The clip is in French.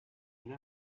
une